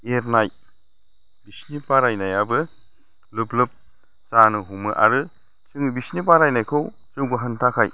एरनाय बिसिनि बारायनायाबो लोब लोब जानो हमो आरो जों बिसिनि बारनायखौ जों बोखोनो थाखाय